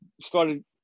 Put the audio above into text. started